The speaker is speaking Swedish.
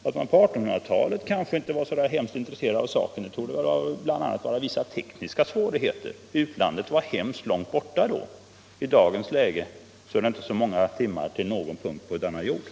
Att man på 1800-talet kanske inte var så intresserad av saken torde bl.a. bero på vissa tekniska svårigheter. Utlandet var mycket långt borta då. I dagens läge är det inte så många timmars resa till någon punkt på denna jord.